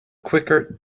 quicker